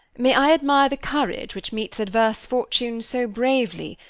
may i admire the courage which meets adverse fortune so bravely,